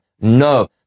No